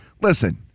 Listen